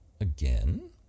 Again